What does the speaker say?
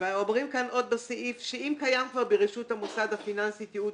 ואומרים עוד בסעיף שאם כבר קיים ברשות המוסד הפיננסי תיעוד